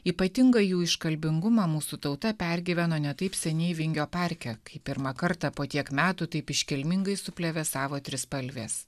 ypatingą jų iškalbingumą mūsų tauta pergyveno ne taip seniai vingio parke kai pirmą kartą po tiek metų taip iškilmingai suplevėsavo trispalvės